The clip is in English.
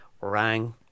rang